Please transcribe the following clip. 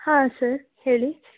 ಹಾಂ ಸರ್ ಹೇಳಿ